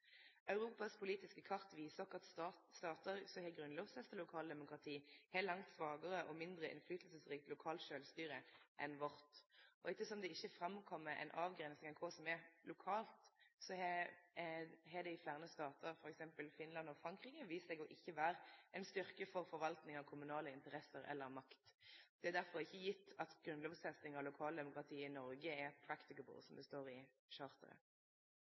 Europas politiske kart viser at statar som har grunnlovfesta lokaldemokrati, har langt svakare og mindre innflytelsesrikt lokalt sjølvstyre enn vi har. Ettersom det ikkje kjem fram ei avgrensing av kva som er lokalt, har det i fleire statar, eksempelvis Finland og Frankrike, vist seg ikkje å vere ein styrke for forvaltninga av kommunale interesser eller makt. Det er derfor ikkje gjeve at grunnlovfesting av lokalt demokrati i Noreg er «practicable», som det står i